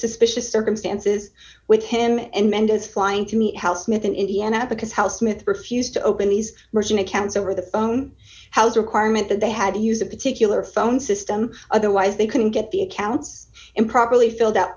suspicious circumstances with him and as flying through the al smith in indiana because how smith refused to open these merchant accounts over the phone how's requirement that they had to use a particular phone system otherwise they couldn't get the accounts improperly filled